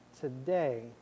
today